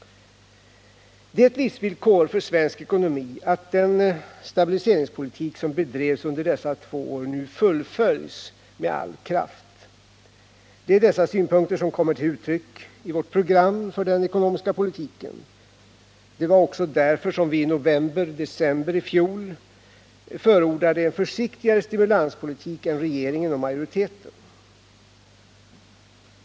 Det är ett livsvillkor för svensk ekonomi att den stabiliseringspolitik som bedrevs under dessa två år nu fullföljs med all kraft. Det är dessa synpunkter som kommer till uttryck i vårt program för den ekonomiska politiken. Det var också därför vi i november-december i fjol förordade en försiktigare stimulanspolitik än regeringen och majoriteten.